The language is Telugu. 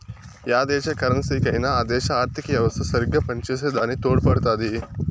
యా దేశ కరెన్సీకైనా ఆ దేశ ఆర్థిత యెవస్త సరిగ్గా పనిచేసే దాని తోడుపడుతాది